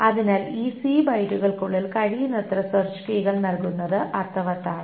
അതിനാൽ ഈ സി ബൈറ്റുകൾക്കുള്ളിൽ കഴിയുന്നത്ര സെർച്ച് കീകൾ നൽകുന്നത് അർത്ഥവത്താണ്